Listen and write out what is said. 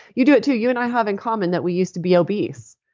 you do it too. you and i have in common that we used to be obese.